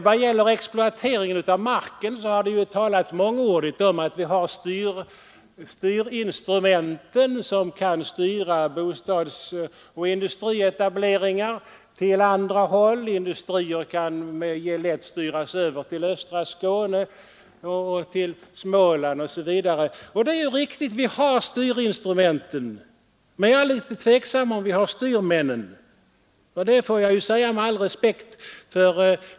Vad gäller exploateringen av marken har det talats mångordigt om att vi har styrinstrument som kan styra bostadsbyggande och industrietableringar till andra håll. Industrier kan lätt styras över till östra Skåne, Småland osv. Det är riktigt, vi har styrinstrumenten. Men jag är litet tveksam om huruvida vi har ”styrmännen”. Med all respekt för.